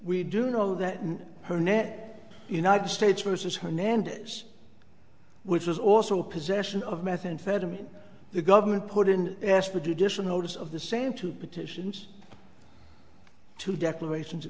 we do know that and her net united states versus hernandez which was also possession of methamphetamine the government put in asked for judicial notice of the same two petitions two declarations